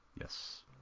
Yes